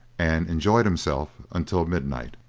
and enjoyed himself until midnight.